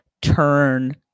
turn